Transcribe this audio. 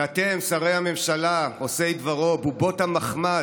ואתם, שרי הממשלה עושי דברו, בובות המחמד,